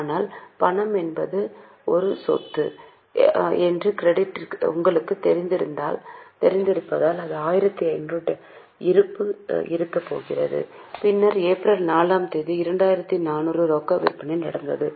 ஆனால் பணம் என்பது ஒரு சொத்து என்று உங்களுக்குத் தெரிந்திருப்பதால் அது 1500 டெபிட் இருப்பு இருக்கப் போகிறது பின்னர் ஏப்ரல் 4 ஆம் தேதி 2400 ரொக்க விற்பனை நடந்தது